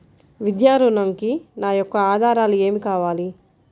విద్యా ఋణంకి నా యొక్క ఆధారాలు ఏమి కావాలి?